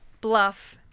Bluff